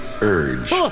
urge